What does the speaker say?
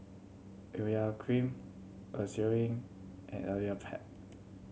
Urea Cream Eucerin and